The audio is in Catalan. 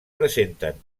presenten